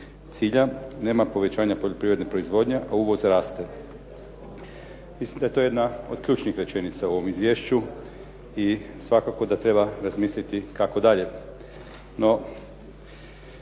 cilja, nema povećanja poljoprivredne proizvodnje a uvoz raste. Mislim da je to jedna od ključnih rečenica u ovom izvješću i svakako da treba razmisliti kako dalje.